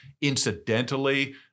incidentally